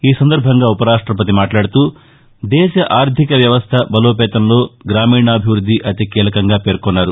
ఈ సందర్బంగా ఉపరాష్టపతి మాట్లాడుతూ దేశ ఆర్ధిక వ్యవస్ద బలోపేతంలో గ్రామీణాభివృద్ది అతి కీలకంగా పేర్కొన్నారు